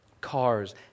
cars